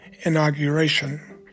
inauguration